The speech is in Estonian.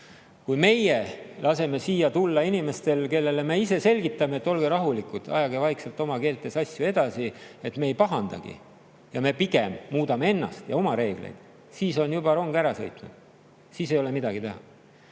Kui meie laseme siia tulla inimestel, kellele me selgitame, et olge rahulikud, ajage vaikselt oma keeltes asju edasi, me ei pahanda ja pigem muudame ennast ja oma reegleid, siis on juba rong ära sõitnud, siis ei ole enam midagi teha.